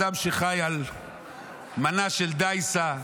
אדם שחי על מנה של דייסה,